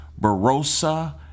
Barossa